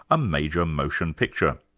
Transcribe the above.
a major motion picture.